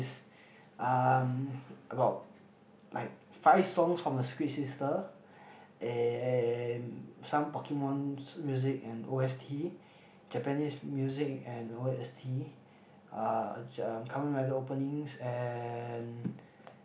um about like five songs from the sister and some pokemon music and O_S_T japanese music and O_S_T uh cover metal openings and